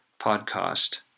podcast